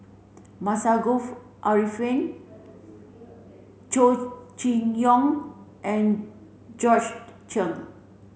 Masagos Zulkifli Chow Chee Yong and Georgette Chen